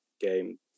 game